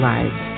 Lives